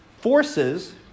forces